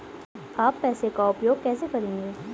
आप पैसे का उपयोग कैसे करेंगे?